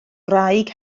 wraig